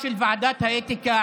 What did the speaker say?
שמור על השקט.